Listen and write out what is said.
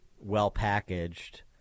well-packaged